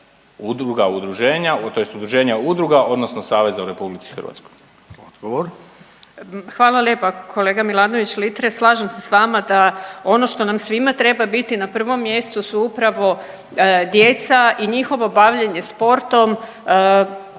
Vesna (Hrvatski suverenisti)** Hvala lijepa kolega Milanović-Litre. Slažem se sa vama da ono što nam svima treba biti na prvom mjestu su upravo djeca i njihovo bavljenje sportom